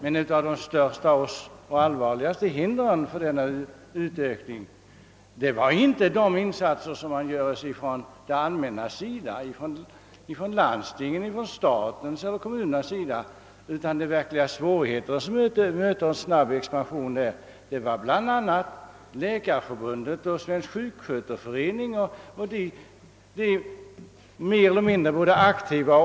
Ett av de största och allvarligaste hindren för en snabb expansion ligger emellertid inte i de insatser, som görs av det allmänna — staten, landstingen och kommunerna — utan i det både aktiva och passiva motstånd som i större eller mindre utsträckning reses från Sveriges läkarförbund, Svensk sjuksköterskeförening och sådana organisationer.